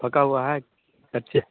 पका हुआ है कच्चे